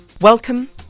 Welcome